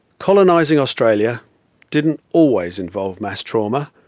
colonizing australia didn't always involve mass trauma,